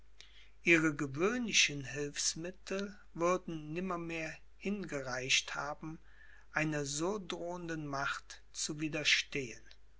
ihre gewöhnlichen hilfsmittel würden nimmermehr hingereicht haben einer so drohenden macht zu widerstehen